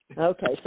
Okay